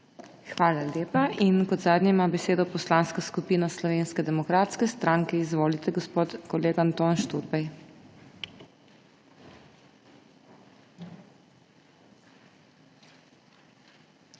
Hvala lepa. Kot zadnja ima besedo Poslanska skupina Slovenske demokratske stranke. Izvolite, gospod kolega Anton Šturbej.